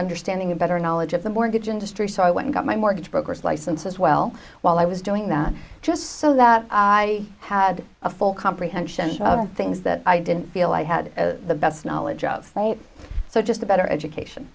understanding a better knowledge of the mortgage industry so i went and got my mortgage brokers license as well while i was doing that just so that i had a full comprehension of things that i didn't feel i had the best knowledge of right so just a better education